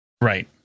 Right